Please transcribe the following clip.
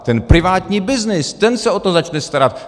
Ten privátní byznys, ten se o to začne starat.